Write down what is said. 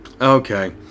Okay